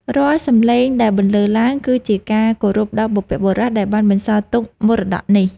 រាល់សំឡេងដែលបន្លឺឡើង គឺជាការគោរពដល់បុព្វបុរសដែលបានបន្សល់ទុកមរតកនេះ។